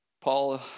Paul